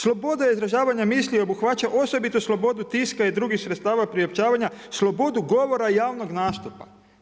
Sloboda izražavanja misli obuhvaća osobitu slobodu tiska i drugih sredstava priopćavanja, slobodu govora i javnog nastupa.